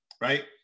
right